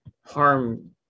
harm